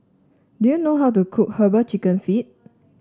do you know how to cook herbal chicken feet